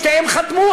שתיהן חתמו,